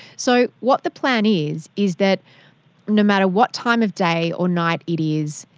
so what the plan is is that no matter what time of day or night it is,